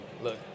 look